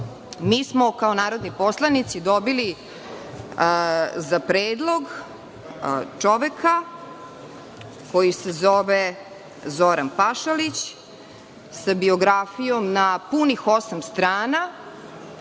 Mi smo kao narodni poslanici dobili za predlog čoveka koji se zove Zoran Pašalić, sa biografijom na punih osam strana